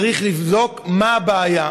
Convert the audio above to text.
צריך לבדוק מה הבעיה.